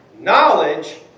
knowledge